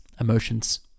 emotions